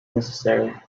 necessary